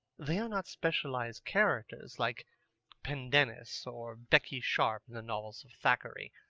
they are not specialized characters like pendennis or becky sharp in the novels of thackeray.